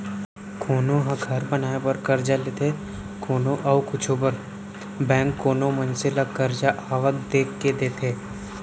कोनो ह घर बनाए बर करजा लेथे कोनो अउ कुछु बर बेंक कोनो मनसे ल करजा आवक देख के देथे